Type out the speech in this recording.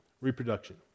reproduction